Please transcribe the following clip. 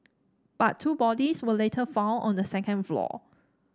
but two bodies were later found on the second floor